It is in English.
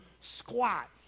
squat